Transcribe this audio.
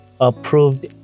approved